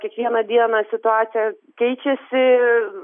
kiekvieną dieną situacija keičiasi